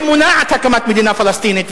שמונעת הקמת מדינה פלסטינית,